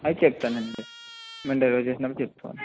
అవి చెప్తానండి మేం డెలివరీ చేసినప్పుడు చెప్తాం